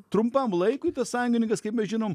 trumpam laikui tas sąjungininkas kaip mes žinom